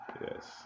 Yes